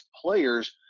players